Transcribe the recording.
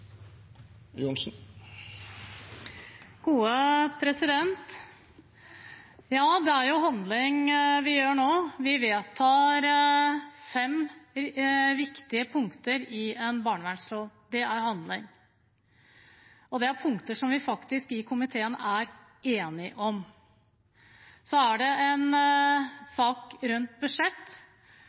Ja, det er jo handling vi gjør nå. Vi vedtar fem viktige punkter i en barnevernslov – det er handling – og det er punkter som vi i komiteen faktisk er enige om. Så er det en sak rundt budsjett.